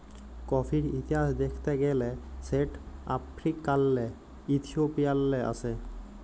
কফির ইতিহাস দ্যাখতে গ্যালে সেট আফ্রিকাল্লে ইথিওপিয়াল্লে আস্যে